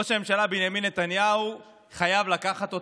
ראש הממשלה בנימין נתניהו חייב לקחת אותם,